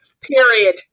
Period